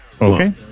Okay